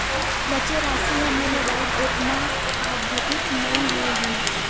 बचे राशि हा मोर मोबाइल ऐप मा आद्यतित नै होए हे